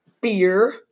beer